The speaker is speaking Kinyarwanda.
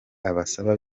abasaba